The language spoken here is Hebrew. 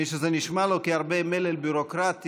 מי שזה נשמע לו כהרבה מלל ביורוקרטי,